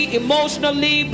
emotionally